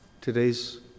today's